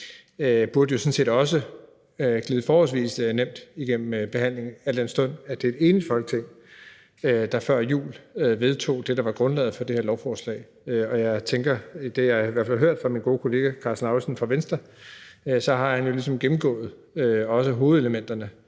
behandle, sådan set også glide forholdsvis nemt gennem behandlingen, al den stund at det var et enigt Folketing, der før jul vedtog det, der var grundlaget for det her lovforslag. Og jeg tænker, og det har jeg i hvert fald hørt fra min gode kollega Karsten Lauritzen fra Venstre, at han ligesom også har gennemgået hovedelementerne